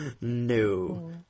No